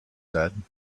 said